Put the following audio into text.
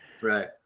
right